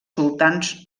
sultans